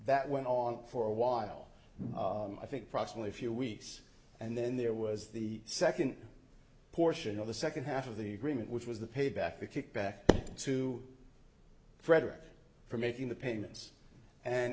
that went on for a while i think probably a few weeks and then there was the second portion of the second half of the agreement which was the payback the kickback to frederick for making the payments and